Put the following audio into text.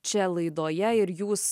čia laidoje ir jūs